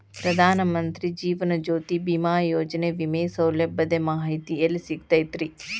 ಪ್ರಧಾನ ಮಂತ್ರಿ ಜೇವನ ಜ್ಯೋತಿ ಭೇಮಾಯೋಜನೆ ವಿಮೆ ಸೌಲಭ್ಯದ ಮಾಹಿತಿ ಎಲ್ಲಿ ಸಿಗತೈತ್ರಿ?